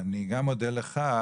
אני גם מודה לך,